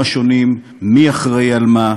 מי אחראי על מה,